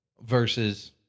versus